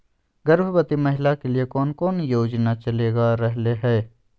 गर्भवती महिला के लिए कौन कौन योजना चलेगा रहले है?